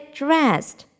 dressed